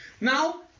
Now